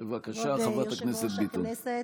בבקשה, חברת הכנסת ביטון.